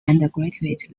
undergraduate